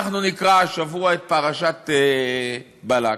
אנחנו נקרא השבוע את פרשת בלק: